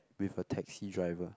with a taxi driver